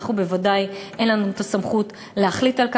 ולנו בוודאי אין הסמכות להחליט על כך.